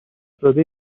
داده